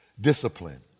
Discipline